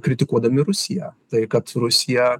kritikuodami rusiją tai kad rusija